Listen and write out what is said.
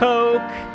Coke